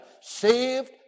saved